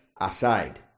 aside